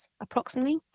approximately